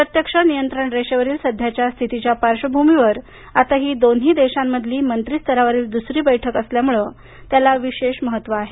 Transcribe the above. प्रत्यक्ष नियंत्रण रेषेवरील सध्याच्या स्थितीच्या पार्श्वभूमीवर आता ही दोन्ही देशांमधली मंत्रीस्तरावरील दुसरी बैठक असल्यामुळे त्याला विशेष महत्त्व आहे